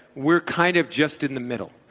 we're kind of just in the middle.